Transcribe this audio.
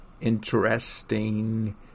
interesting